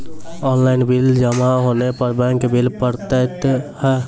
Online bill जमा होने पर बैंक बिल पड़तैत हैं?